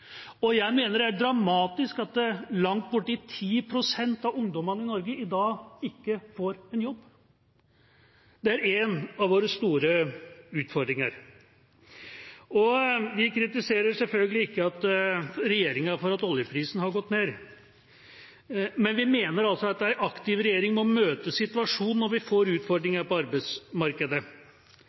og jeg mener det er dramatisk at langt borti 10 pst. av ungdommene i Norge i dag ikke får en jobb. Det er en av våre store utfordringer. Vi kritiserer selvfølgelig ikke regjeringa for at oljeprisen har gått ned. Men vi mener at en aktiv regjering må møte situasjonen når vi får utfordringer på arbeidsmarkedet.